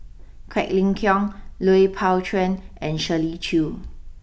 Quek Ling Kiong Lui Pao Chuen and Shirley Chew